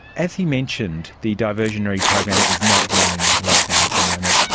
as he mentioned, the diversionary program is not running right now at the moment.